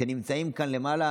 כשנמצאים כאן למעלה,